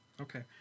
Okay